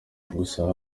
gusa